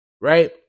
Right